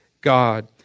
God